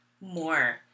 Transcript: more